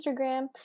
Instagram